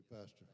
Pastor